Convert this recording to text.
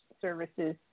services